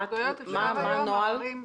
מה הנוהל?